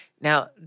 Now